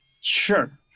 Sure